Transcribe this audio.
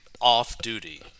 off-duty